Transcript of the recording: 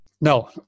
No